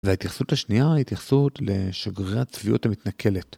וההתייחסות השנייה ההתייחסות לשגרירי הצביעות המתנכלת.